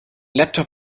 laptop